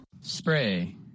Spray